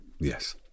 Yes